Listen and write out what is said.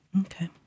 Okay